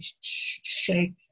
shake